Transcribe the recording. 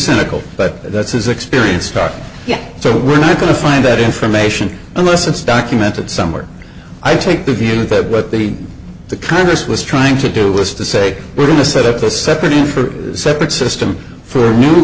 cynical but that's his experience card yet so we're not going to find that information unless it's documented somewhere i take the view that what the the congress was trying to do was to say we're going to set up a separate him for separate system for new